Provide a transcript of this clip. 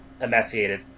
emaciated